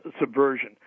subversion